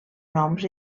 noms